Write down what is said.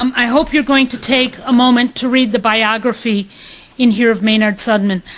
um i hope you're going to take a moment to read the biography in here of maynard sundman.